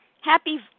Happy